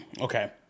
Okay